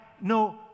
no